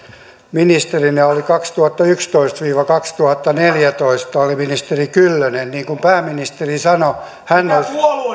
ministerinä vuosina kaksituhattayksitoista viiva kaksituhattaneljätoista oli ministeri kyllönen niin kuin pääministeri sanoi hän